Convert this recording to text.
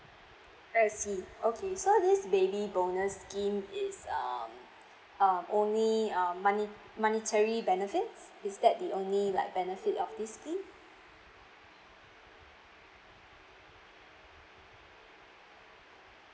I see okay so this baby bonus scheme is um uh only um mone~ monetary benefit is that the only like benefit of this scheme